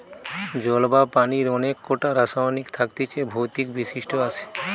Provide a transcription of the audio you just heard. জল বা পানির অনেক কোটা রাসায়নিক থাকতিছে ভৌতিক বৈশিষ্ট আসে